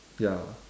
ya